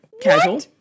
casual